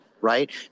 Right